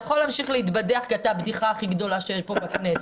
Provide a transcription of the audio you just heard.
יכול להמשיך להתבדח כי אתה הבדיחה הכי גדולה שיש פה בכנסת.